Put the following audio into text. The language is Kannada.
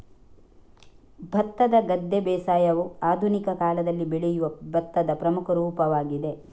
ಭತ್ತದ ಗದ್ದೆ ಬೇಸಾಯವು ಆಧುನಿಕ ಕಾಲದಲ್ಲಿ ಬೆಳೆಯುವ ಭತ್ತದ ಪ್ರಮುಖ ರೂಪವಾಗಿದೆ